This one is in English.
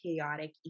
chaotic